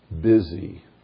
busy